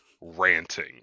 ranting